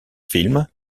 films